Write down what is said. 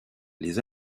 les